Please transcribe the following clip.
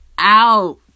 out